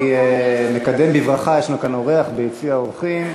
אני מקדם בברכה, יש לנו כאן אורח ביציע האורחים,